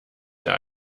der